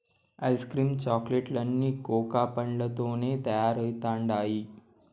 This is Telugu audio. ఐస్ క్రీమ్ చాక్లెట్ లన్నీ కోకా పండ్లతోనే తయారైతండాయి